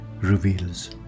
reveals